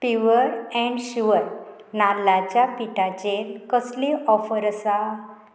pure and sure नाल्लाच्या पिठाचेर कसलीय ऑफर आसा